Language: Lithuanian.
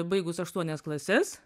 baigus aštuonias klases